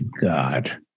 God